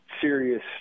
serious